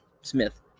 Smith